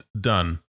done